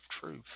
truth